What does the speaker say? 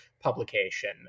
publication